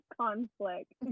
Conflict